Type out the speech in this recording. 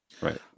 Right